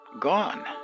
gone